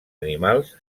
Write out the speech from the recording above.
animals